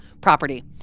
property